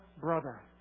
brother